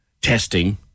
testing